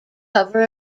cover